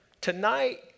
Tonight